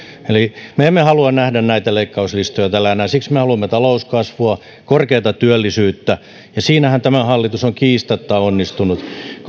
eli me emme halua tehdä näitä leikkauslistoja täällä enää siksi me haluamme talouskasvua korkeata työllisyyttä ja siinähän tämä hallitus on kiistatta onnistunut